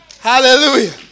Hallelujah